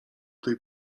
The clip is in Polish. tej